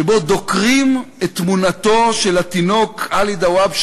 שבו דוקרים את תמונתו של התינוק עלי דוואבשה,